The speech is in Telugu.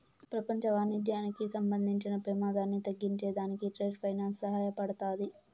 పెపంచ వాణిజ్యానికి సంబంధించిన పెమాదాన్ని తగ్గించే దానికి ట్రేడ్ ఫైనాన్స్ సహాయపడతాది